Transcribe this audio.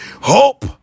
hope